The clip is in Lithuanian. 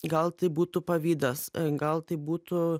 gal tai būtų pavydas gal tai būtų